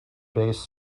based